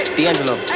D'Angelo